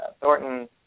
Thornton